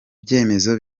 byemezo